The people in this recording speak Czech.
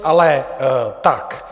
Ale tak.